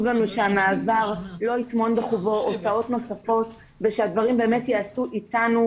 לנו שהמעבר לא יטמון בחובו הוצאות נוספות ושהדברים באמת ייעשו אתנו,